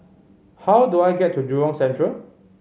how do I get to Jurong Central